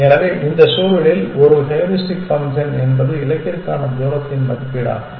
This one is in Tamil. எனவே இந்த சூழலில் ஒரு ஹூரிஸ்டிக் ஃபங்க்ஷன் என்பது இலக்கிற்கான தூரத்தின் மதிப்பீடாகும்